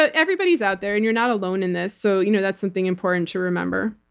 ah everybody's out there, and you're not alone in this. so you know that's something important to remember.